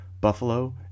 Buffalo